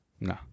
No